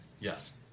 Yes